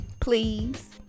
please